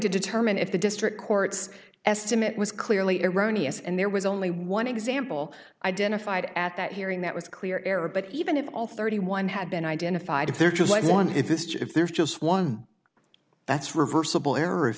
to determine if the district court's estimate was clearly erroneous and there was only one example identified at that hearing that was clear error but even if all thirty one had been identified if there was like one if this year if there is just one that's reversible error if